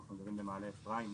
אנחנו גרים במעלה אפרים.